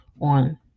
on